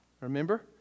remember